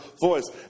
voice